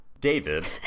david